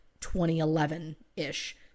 2011-ish